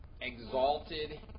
exalted